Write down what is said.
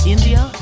India